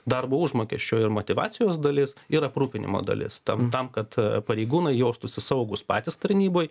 darbo užmokesčio ir motyvacijos dalis ir aprūpinimo dalis tam tam kad pareigūnai jaustųsi saugūs patys tarnyboj